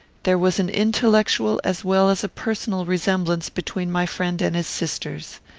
there was an intellectual as well as a personal resemblance between my friend and his sisters.